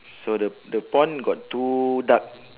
so the the pond got two duck